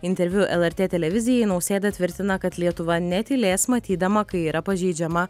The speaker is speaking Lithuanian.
interviu lrt televizijai nausėda tvirtina kad lietuva netylės matydama kai yra pažeidžiama